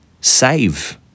save